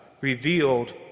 revealed